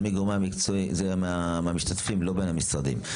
זה מהמשתתפים, לא בין המשרדים.